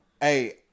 Hey